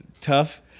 tough